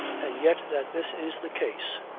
and yet that this is the case,